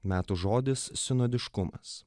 metų žodis sinodiškumas